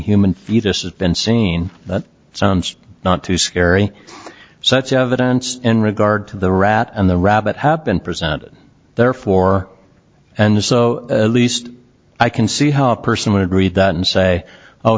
human fetus has been seen but not too scary such evidence in regard to the rat and the rabbit have been presented therefore and so least i can see how a person would read that and say oh